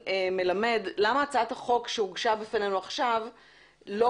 כן,